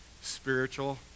spiritual